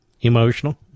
emotional